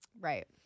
Right